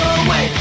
away